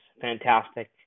fantastic